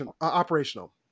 operational